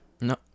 No